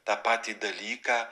tą patį dalyką